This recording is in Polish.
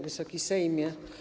Wysoki Sejmie!